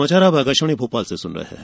यह समाचार आप आकाशवाणी भोपाल से सुन रहे हैं